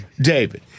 David